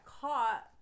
caught